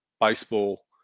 baseball